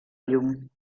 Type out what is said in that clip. llum